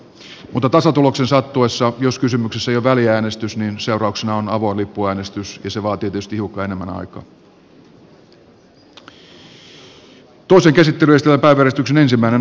mutta tasatuloksen sattuessa jos kysymyksessä ei ole väliäänestys seurauksena on avoin lippuäänestys ja se vaatii tietysti hiukan enemmän aikaa